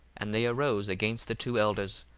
and they arose against the two elders,